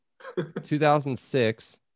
2006